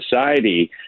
society